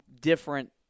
different